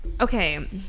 Okay